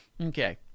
Okay